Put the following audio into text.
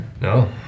No